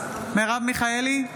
מיכאלי,